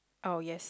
oh yes